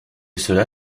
cela